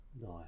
nice